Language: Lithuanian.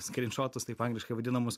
skrynšotus taip angliškai vadinamus